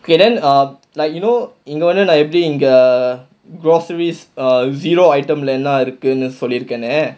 okay then err like you know இன்னொன்னு நான் எப்படி இங்க:innonu naan eppadi inga (err)groceries zero item leh என்ன இருக்குனு சொல்லிருக்கேன:enna irukkunu sollirukkaenaa